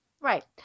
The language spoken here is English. Right